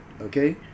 okay